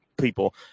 people